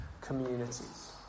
communities